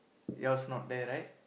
yours not there right